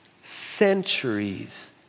centuries